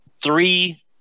Three